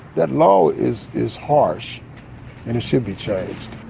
that law is is harsh and it should be changed.